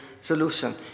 solution